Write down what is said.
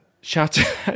Shout